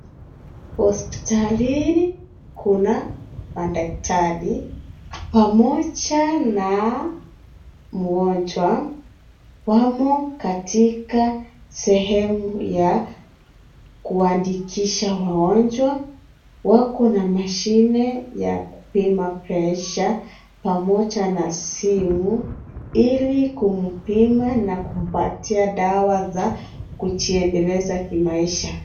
Hospitalini, kuna, madaktari, pamocha na, mgonjwa, wamo katika sehemu ya, kuandikisha wagonjwa, wako na mashine, ya, kupima (cs) pressure (cs), pamoja na simu, ili kumpima, na kumpatia dawa za kujienderesha kimaisha.